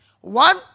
One